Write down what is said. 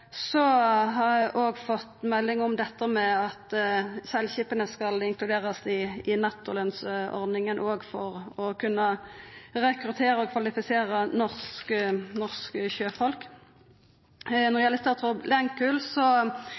Så har eg òg fått melding om dette med at seglskipa skal inkluderast i nettolønsordninga òg for å kunna rekruttera og kvalifisera norske sjøfolk. Når det gjeld